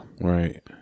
Right